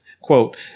quote